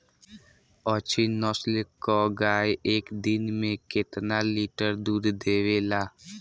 अच्छी नस्ल क गाय एक दिन में केतना लीटर दूध देवे ला?